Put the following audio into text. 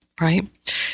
right